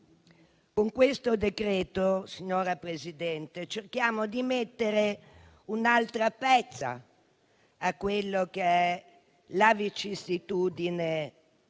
Con questo decreto-legge, signora Presidente, cerchiamo di mettere un'altra pezza alla vicissitudine